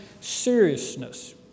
seriousness